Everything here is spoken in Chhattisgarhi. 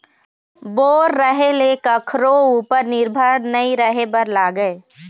बोर रहें ले कखरो उपर निरभर नइ रहे बर लागय